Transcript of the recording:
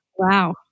Wow